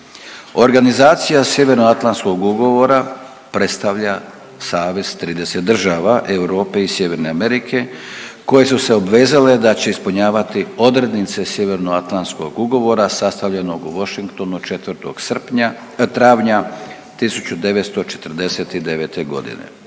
Organizacija Sjevernoatlantskog ugovora predstavlja savez 30 države Europe i Sjeverne Amerike koje su se obvezale da će ispunjavati odrednice Sjevernoatlantskog ugovora sastavljenog u Washingtonu 4. srpnja, travnja 1949. godine.